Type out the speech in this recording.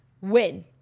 win